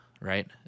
right